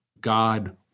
God